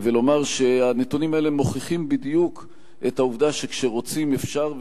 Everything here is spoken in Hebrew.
ולומר שהנתונים האלה מוכיחים בדיוק את העובדה שכשרוצים אפשר,